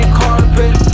carpet